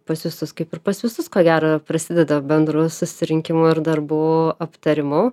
pas visus kaip ir pas visus ko gero prasideda bendru susirinkimu ir darbų aptarimu